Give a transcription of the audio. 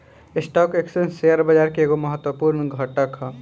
stock exchange share बाजार के एगो महत्वपूर्ण घटक ह